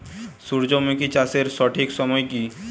সূর্যমুখী চাষের সঠিক সময় কি?